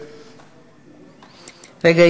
רגע,